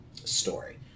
story